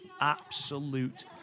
absolute